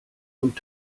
und